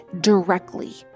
directly